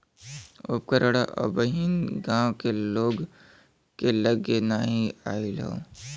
उपकरण अबहिन गांव के लोग के लगे नाहि आईल हौ